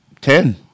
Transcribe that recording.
Ten